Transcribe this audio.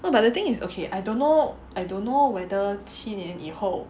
no but the thing is okay I don't know I don't know whether 七年以后